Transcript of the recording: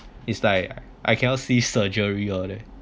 it's like I cannot see surgery all that